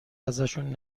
ازشون